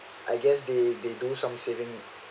I guess they they do some saving